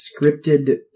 scripted